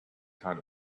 kind